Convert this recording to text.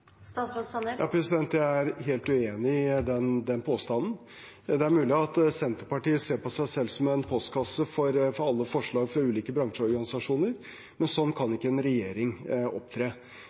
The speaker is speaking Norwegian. Jeg er helt uenig i den påstanden. Det er mulig at Senterpartiet ser på seg selv som en postkasse for alle forslag fra ulike bransjeorganisasjoner, men sånn kan ikke en regjering opptre.